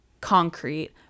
concrete